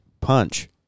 punch